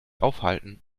aufhalten